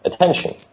attention